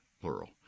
plural